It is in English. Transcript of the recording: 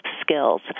skills